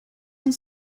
uns